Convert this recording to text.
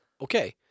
okay